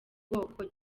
bwoko